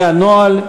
זה הנוהל.